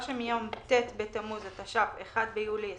שמיום ט' בתמוז התש"ף (1 ביולי 2020)